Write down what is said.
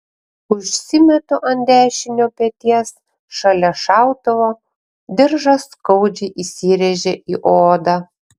užsimetu ant dešinio peties šalia šautuvo diržas skaudžiai įsirėžia į odą